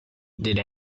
did